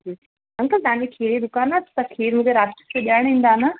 uncle तव्हांजी खीर जी दुकानु आहे तव्हां खीर मूंखे राति जो ॾिअणु ईंदा न